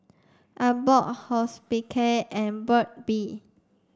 Abbott Hospicare and Burt's bee